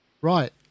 Right